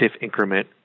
increment